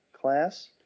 class